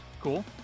Cool